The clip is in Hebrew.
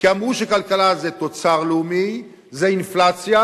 כי אמרו שכלכלה זה תוצר לאומי, זה אינפלציה,